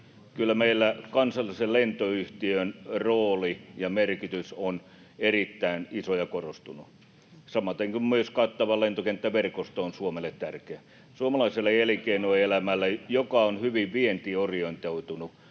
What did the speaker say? Kyllä meillä kansallisen lentoyhtiön rooli ja merkitys on erittäin iso ja korostunut, samaten kuin myös kattava lentokenttäverkosto on Suomelle tärkeä. Suomalaiselle elinkeinoelämälle, joka on hyvin vientiorientoitunut,